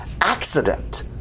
accident